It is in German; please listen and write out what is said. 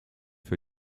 für